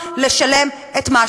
תודה, חברת הכנסת לוי.